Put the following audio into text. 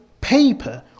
paper